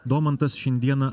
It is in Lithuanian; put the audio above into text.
domantas šiandieną